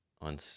on